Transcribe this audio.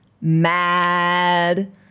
mad